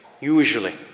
Usually